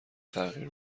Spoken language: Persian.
تغییر